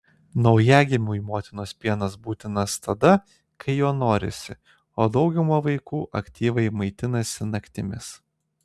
naujagimiui motinos pienas būtinas tada kai jo norisi o dauguma vaikų aktyviai maitinasi naktimis